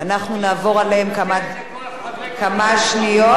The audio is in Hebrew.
אנחנו נעבור עליהן כמה שניות אני מבקש שכל,